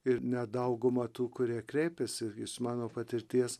ir net dauguma tų kurie kreipėsi iš mano patirties